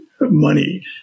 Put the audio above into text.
money